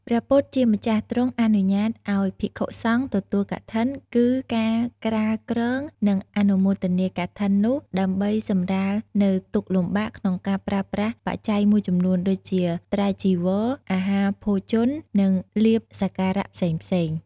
ព្រះពុទ្ធជាម្ចាស់ទ្រង់អនុញ្ញាតឱ្យភិក្ខុសង្ឃទទួលកឋិន គឺការក្រាលគ្រង និងអនុមោនាកឋិននោះដើម្បីសម្រាលនូវទុក្ខលំបាកក្នុងការប្រើប្រាស់បច្ច័យមួយចំនួនដូចជា ត្រៃចីវរ អាហារភោជន និងលាភសក្ការៈផ្សេងៗ ។